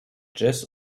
jazz